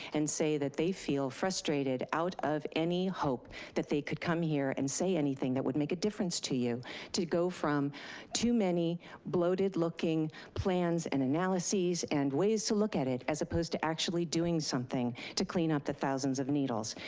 and say that they feel frustrated out of any hope that they could come here and say anything that would make a difference to you to go from too many bloated looking plans and analyses and ways to look at it, as opposed to actually doing something to clean up the thousands of needles,